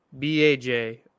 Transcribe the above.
baj